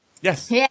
yes